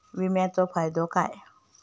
विमाचो फायदो काय?